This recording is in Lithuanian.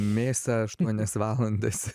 mėsą aštuonias valandas